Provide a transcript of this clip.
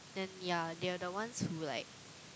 then ya they are the ones who like